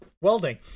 Welding